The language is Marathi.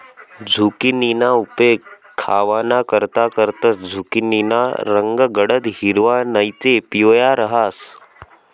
झुकिनीना उपेग खावानाकरता करतंस, झुकिनीना रंग गडद हिरवा नैते पिवया रहास